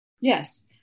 Yes